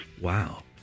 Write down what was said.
Wow